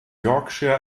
yorkshire